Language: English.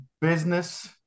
business